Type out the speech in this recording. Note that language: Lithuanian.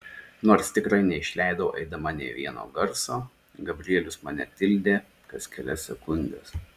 nors tikrai neišleidau eidama nė vieno garso gabrielius mane tildė kas kelias sekundes